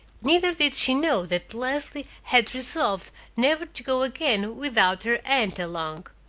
neither did she know that leslie had resolved never to go again without her aunt along.